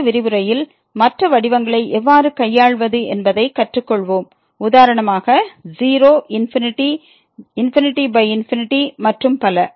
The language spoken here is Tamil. அடுத்த விரிவுரையில் மற்ற வடிவங்களை எவ்வாறு கையாள்வது என்பதை கற்றுக்கொள்வோம் உதாரணமாக 0 ∞∞ மற்றும் பல